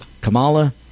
Kamala